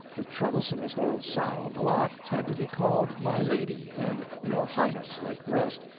the troublesomest old sow of the lot had to be called my lady, and your highness, like the rest.